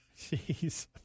Jeez